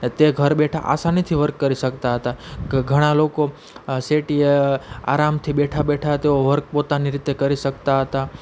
અને તે ઘર બેઠા આસાનીથી વર્ક કરી શકતા હતા કે ઘણા લોકો સેટીએ આરામથી બેઠા બેઠા તો વર્ક પોતાની રીતે કરી શકતા હતા